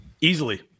easily